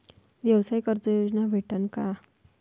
व्यवसाय कर्ज योजना भेटेन का?